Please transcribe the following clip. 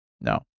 No